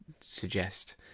suggest